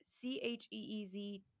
C-H-E-E-Z